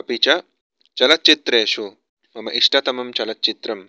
अपि च चलच्चित्रेषु मम इष्टतमं चलच्चित्रम्